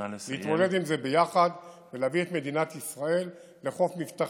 להתמודד עם זה ביחד ולהביא את מדינת ישראל לחוף מבטחים,